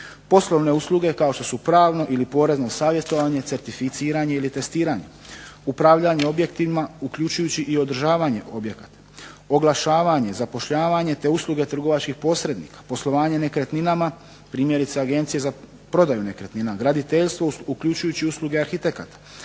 poslovne usluge, kao što su pravno ili porezno savjetovanje, certificiranje ili testiranje, upravljanje objektima uključujući i održavanje objekata, oglašavanje, zapošljavanje, te usluge trgovačkih posrednika, poslovanje nekretninama primjerice Agencije za prodaju nekretnina, graditeljstvo uključujući i usluge arhitekata,